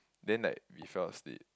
then like we fell asleep